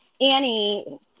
Annie